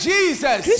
Jesus